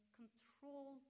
control